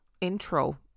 intro